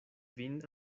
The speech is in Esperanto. vin